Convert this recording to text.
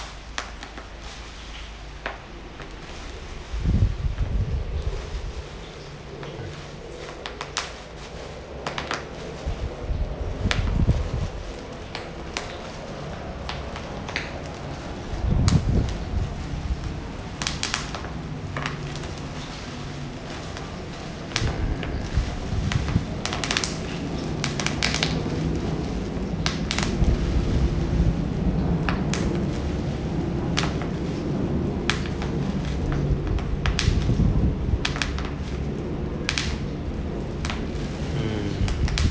mm